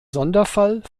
sonderfall